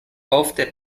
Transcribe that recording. ofte